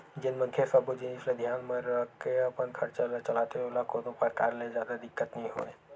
जेन मनखे ह सब्बो जिनिस ल धियान म राखके अपन खरचा ल चलाथे ओला कोनो परकार ले जादा दिक्कत नइ होवय